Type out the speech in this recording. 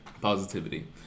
positivity